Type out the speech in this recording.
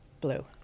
blue